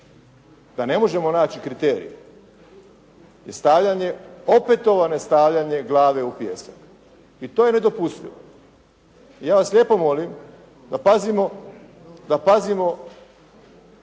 da ne možemo naći kriterij, stavljanje, opetovano stavljanje glave u pijesak i to je nedopustivo. Ja vas lijepo molim da pazimo